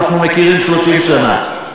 אנחנו מכירים 30 שנה.